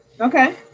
Okay